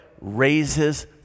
raises